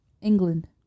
England